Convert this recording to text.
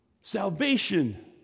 salvation